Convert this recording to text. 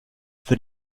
für